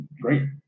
Great